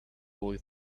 boy